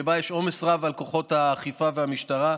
שבה יש עומס רב על כוחות האכיפה והמשטרה.